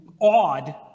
odd